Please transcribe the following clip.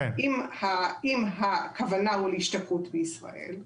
אם הכוונה הוא להשתקעות בישראל,